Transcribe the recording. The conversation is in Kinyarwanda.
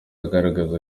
agaragaza